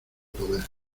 poder